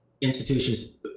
Institutions